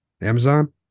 Amazon